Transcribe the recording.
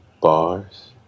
bars